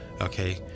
Okay